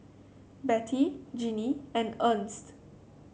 Bette Jinnie and Ernst